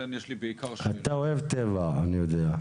אתה אוהב טבע, אני יודע.